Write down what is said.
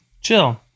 chill